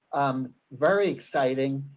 um very exciting.